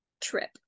trip